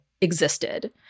existed